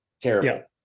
terrible